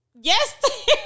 Yes